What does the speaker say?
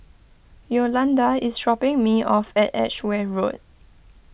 Yolanda is dropping me off at Edgeware Road